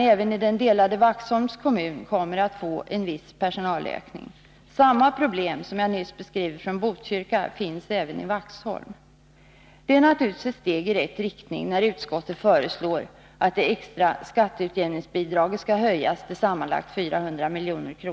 även den delade Vaxholms kommun kommer att få en viss personalökning. Samma problem som jag nyss beskrivit från Botkyrka finns även i Vaxholm. Det är naturligtvis ett steg i rätt riktning, när utskottet föreslår att det extra skatteutjämningsbidraget skall höjas till sammanlagt 400 milj.kr.